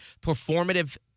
performative